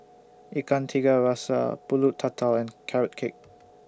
Ikan Tiga Rasa Pulut Tatal and Carrot Cake